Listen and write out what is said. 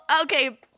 okay